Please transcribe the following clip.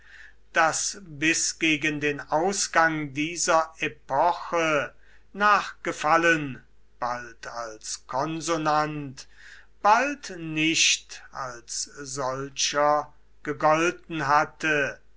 das bis gegen den ausgang dieser epoche nach gefallen bald als konsonant bald nicht als solcher gegolten hatte